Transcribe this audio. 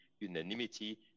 unanimity